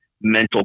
mental